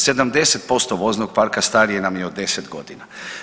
79% voznog parka starije nam je od 10 godina.